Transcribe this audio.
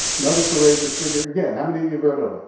another courageous figure. again, how many of you have heard of ah